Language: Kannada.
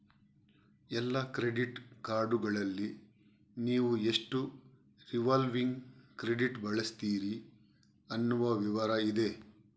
ಎಲ್ಲಾ ಕ್ರೆಡಿಟ್ ಕಾರ್ಡುಗಳಲ್ಲಿ ನೀವು ಎಷ್ಟು ರಿವಾಲ್ವಿಂಗ್ ಕ್ರೆಡಿಟ್ ಬಳಸ್ತೀರಿ ಅನ್ನುವ ವಿವರ ಇದೆ